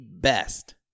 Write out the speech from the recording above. best